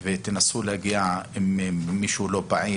ותנסו לדעת אם מישהו לא פעיל.